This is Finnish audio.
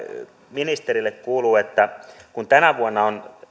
ministerille kuuluu että kun tänä vuonna on